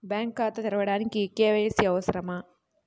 Bank ఖాతా తెరవడానికి KYC అవసరమా?